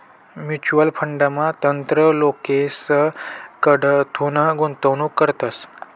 mutual फंडमा तज्ञ लोकेसकडथून गुंतवणूक करतस